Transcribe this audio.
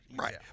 Right